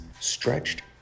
stretched